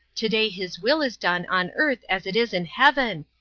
today his will is done on earth as it is in heaven.